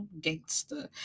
gangster